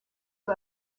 peu